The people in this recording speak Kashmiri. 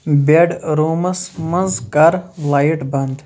بیٚڈ روٗمَس منٛز کر لایٹ بند